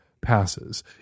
passes